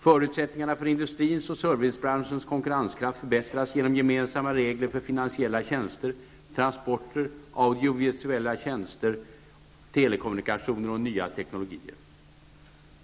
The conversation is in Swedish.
Förutsättningarna för industrins och servicebranchens konkurrenskraft förbättras genom gemensamma regler för finansiella tjänster, transporter, audiovisuella tjänster, telekommunikationer och nya teknologier.